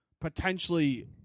potentially